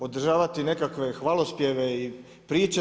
Održavati nekakve hvalospjeve i priče?